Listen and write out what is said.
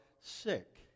sick